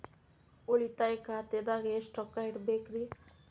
ಉಳಿತಾಯ ಖಾತೆದಾಗ ಎಷ್ಟ ರೊಕ್ಕ ಇಡಬೇಕ್ರಿ?